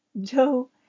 Joe